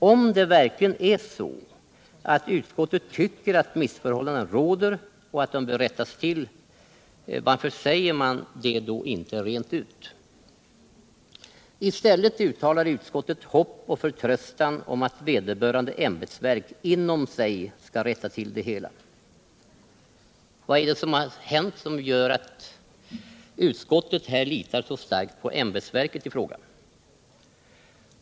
Om det verkligen är så att utskottet tycker att missförhållanden råder och att de bör rättas till, varför säger man det då inte rent ut? I stället uttalar utskottet hopp och förtröstan om att vederbörande ämbetsverk inom sig skall rätta till det hela. Vad är det som har hänt som gör att utskottet här litar så starkt på ämbetsverket?